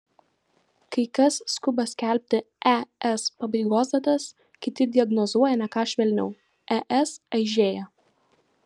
kai kas skuba skelbti es pabaigos datas kiti diagnozuoja ne ką švelniau es aižėja